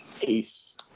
peace